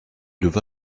leva